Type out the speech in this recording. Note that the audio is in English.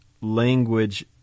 language